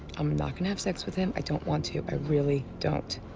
i'm not gonna have sex with him. i don't want to. i really don't.